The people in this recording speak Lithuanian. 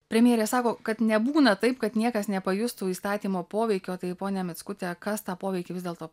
premjerė sako kad nebūna taip kad niekas nepajustų įstatymo poveikio tai ponia mickute kas tą poveikį vis dėlto